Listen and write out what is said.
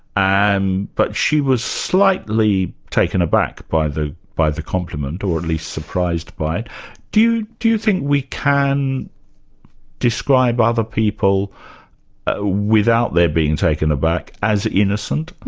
but she was slightly taken aback by the by the compliment, or at least surprised by it. do do you think we can describe other people ah without their being taken aback, as innocent?